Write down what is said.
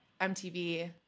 MTV